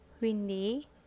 Windy